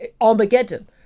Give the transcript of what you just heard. Armageddon